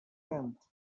tenth